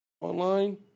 online